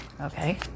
okay